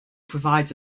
provides